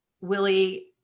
Willie